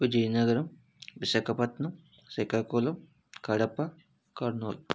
Vizianagaram Visakhapatnam Srikakulam Kadapa Kurnool